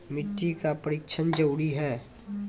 मिट्टी का परिक्षण जरुरी है?